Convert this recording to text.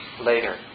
later